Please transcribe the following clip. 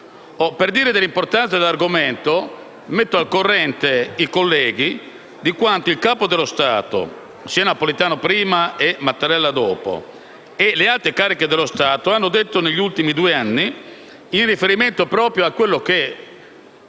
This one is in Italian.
dell'importanza dell'argomento, metto al corrente i colleghi di quanto il capo dello Stato (Napolitano prima e Mattarella dopo) e le alte cariche dello Stato hanno detto negli ultimi due anni, in riferimento proprio a quella che,